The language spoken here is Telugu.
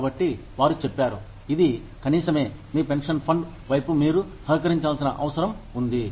కాబట్టి వారు చెప్పారు ఇది కనీసమే మీ పెన్షన్ ఫండ్ వైపు మీరు సహకరించాల్సిన అవసరం ఉంది